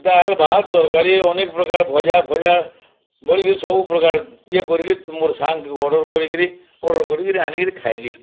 ଡାଏଲ୍ ଭାତ୍ ତରକାରୀ ଅନେକ୍ ପ୍ରକାର୍ ଭଜା ଫଜା ବନିକରି ସବୁ ପ୍ରକାର୍ ଇଏ କରି କିରି ମୋର୍ ସାଙ୍ଗ ଅର୍ଡ଼ର୍ କରି କିରି ଅର୍ଡ଼ର୍ କରି କିରି ଆନିକିରି ଖାଇଲି